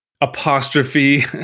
apostrophe